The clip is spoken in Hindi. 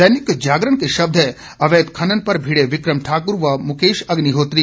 दैनिक जागरण के शब्द हैं अवैध खनन पर भिड़े बिक्रम ठाकुर व मुकेश अग्निहोत्री